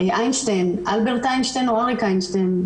איינשטיין, אלברט איינשטיין או איינשטיין?